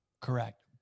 correct